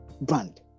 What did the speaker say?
brand